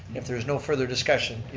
if there's no further discussion,